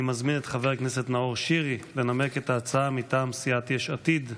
אני מזמין את חבר הכנסת נאור שירי לנמק את ההצעה מטעם סיעת יש עתיד.